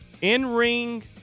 in-ring